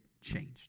changed